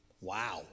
Wow